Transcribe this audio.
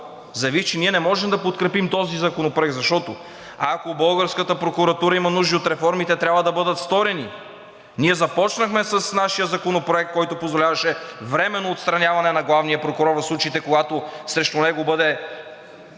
заявих, че ние не можем да подкрепим този законопроект, защото, ако българската прокуратура има нужда от реформи, те трябва да бъдат сторени. Ние започнахме с нашия законопроект, който позволяваше временно отстраняване на главния прокурор в случаите, когато срещу него бъде